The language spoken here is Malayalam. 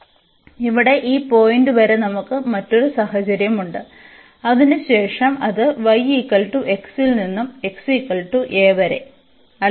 അതിനാൽ ഇവിടെ ഈ പോയിന്റ് വരെ നമുക്ക് മറ്റൊരു സാഹചര്യമുണ്ട് അതിനുശേഷം അത് yx ൽ നിന്ന് xa വരെ